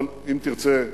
אבל אם תרצה,